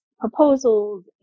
Proposals